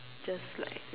just like